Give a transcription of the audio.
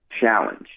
challenge